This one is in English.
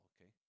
okay